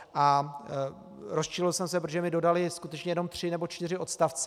A rozčilil jsem se, protože mi dodali skutečně jen tři nebo čtyři odstavce.